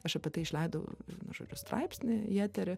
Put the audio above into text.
aš apie tai išleidau vienu žodžiu straipsnį j eterį